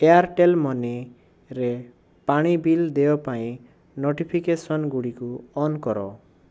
Airtel money ରେ ପାଣି bill ଦେୟ ପାଇଁ ନୋଟିଫିକେସନ୍ ଗୁଡ଼ିକୁ ଅନ୍ କର